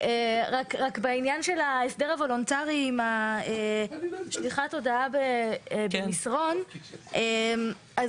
בעניין ההסדר הוולונטרי של שליחת הודעה במסרון אומרת